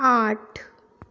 आठ